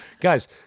Guys